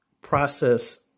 process